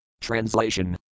Translation